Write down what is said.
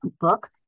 book